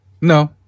No